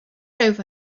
over